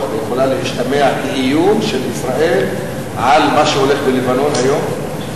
יכולה להשתמע כאיום של ישראל על מה שהולך בלבנון היום?